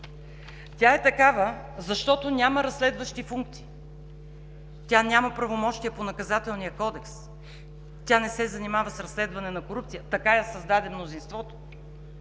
Тя е такава, защото няма разследващи функции – няма правомощия по Наказателния кодекс, не се занимава с разследване на корупция – така я създаде мнозинството.